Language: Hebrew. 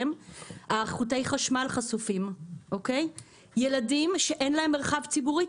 חוטי חשמל חשופים, ילדים שאין להם מרחב ציבורי.